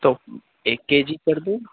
تو ایک K G کر دوں